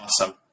awesome